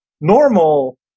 normal